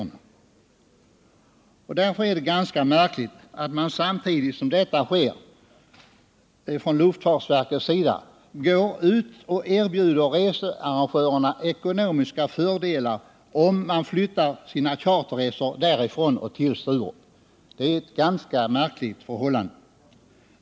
Det är därför märkligt att man från luftfartsverkets sida samtidigt som detta sker går ut och erbjuder researrangörerna ekonomiska fördelar om de flyttar sina charterresor därifrån till Sturup.